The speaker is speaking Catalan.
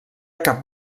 cap